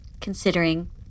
considering